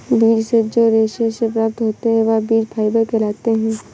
बीज से जो रेशे से प्राप्त होते हैं वह बीज फाइबर कहलाते हैं